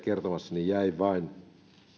kertomassa jäivät vain